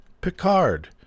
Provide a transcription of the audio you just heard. Picard